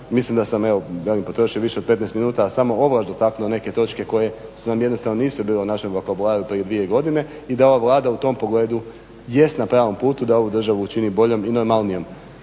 mislim da sam evo potrošio više od 15 minuta samo ovlast dotaknuo neke točke koje nam jednostavno nisu bile u našem vokabularu prije dvije godine i da je ova Vlada u tom pogledu jest na pravom putu da ovu državu učini boljom i normalnijom.